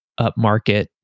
upmarket